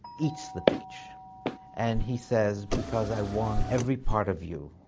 eats the peach and he says because i want every part of you.